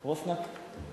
רוסנק?